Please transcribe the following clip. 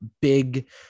big